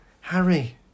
Harry